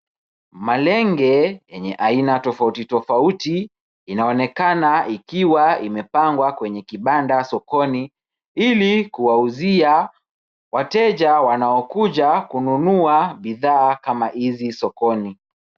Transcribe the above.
Malenge yenye aina tofauti tofauti inaonekana ikiwa imepangwa kwenye kibanda sokoni ili kuwauzia wateja wanaokuja kununua bidhaa kama hizi sokoni.